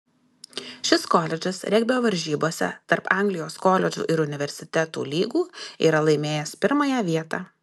šis koledžas regbio varžybose tarp anglijos koledžų ir universitetų lygų yra laimėjęs pirmąją vietą